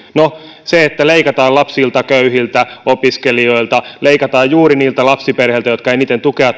no se että leikataan lapsilta köyhiltä opiskelijoilta leikataan juuri niiltä lapsiperheiltä jotka eniten tukea